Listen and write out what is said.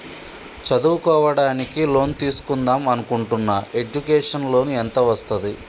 చదువుకోవడానికి లోన్ తీస్కుందాం అనుకుంటున్నా ఎడ్యుకేషన్ లోన్ ఎంత వస్తది?